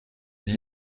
d’y